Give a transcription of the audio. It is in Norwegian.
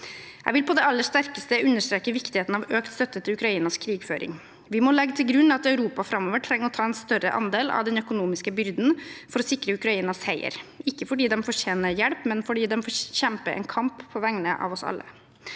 Jeg vil på det aller sterkeste understreke viktigheten av økt støtte til Ukrainas krigføring. Vi må legge til grunn at Europa framover trenger å ta en større andel av den økonomiske byrden for å sikre Ukraina seier – ikke fordi de fortjener hjelp, men fordi de kjemper en kamp på vegne av oss alle.